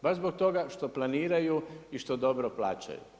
Baš zbog toga što planiraju i što dobro plaćaju.